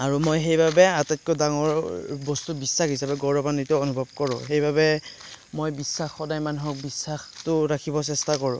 আৰু মই সেইবাবে আটাইতকৈ ডাঙৰ বস্তু বিশ্বাস হিচাপে গৌৰৱান্বিত অনুভৱ কৰোঁ সেইবাবে মই বিশ্বাস সদায় মানুহক বিশ্বাসটো ৰাখিবৰ চেষ্টা কৰোঁ